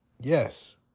yes